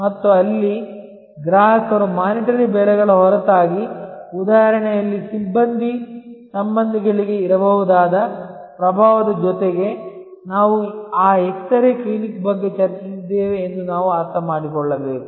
ಮತ್ತು ಅಲ್ಲಿ ಗ್ರಾಹಕರು ವಿತ್ತೀಯ ಬೆಲೆಗಳ ಹೊರತಾಗಿ ಉದಾಹರಣೆಯಲ್ಲಿ ಸಿಬ್ಬಂದಿ ಸಂಬಂಧಗಳಿಗೆ ಇರಬಹುದಾದ ಪ್ರಭಾವದ ಜೊತೆಗೆ ನಾವು ಆ ಎಕ್ಸರೆ ಕ್ಲಿನಿಕ್ ಬಗ್ಗೆ ಚರ್ಚಿಸಿದ್ದೇವೆ ಎಂದು ನಾವು ಅರ್ಥಮಾಡಿಕೊಳ್ಳಬೇಕು